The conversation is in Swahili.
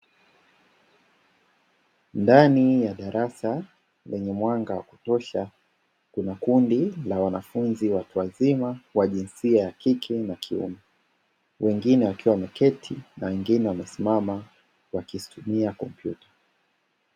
Ndani ya darasa lenye mwanga kutosha. Kuna kundi la wanafunzi watu wazima wa jinsia ya kike na kiume, wengine wakiwa wameketi na wengine wamesimama wakitumia kompyuta.